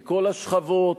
מכל השכבות,